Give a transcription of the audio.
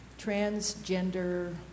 transgender